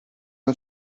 una